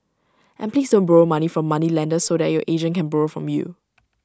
and please don't borrow money from moneylenders so that your agent can borrow from you